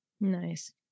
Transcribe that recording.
Nice